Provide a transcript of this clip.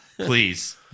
please